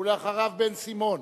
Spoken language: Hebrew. ואחריו, בן-סימון,